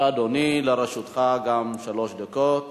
בהתייחס לטענות יודגש כי כל נושא הבידוק הביטחוני,